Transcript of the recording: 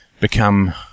become